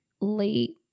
late